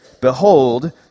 behold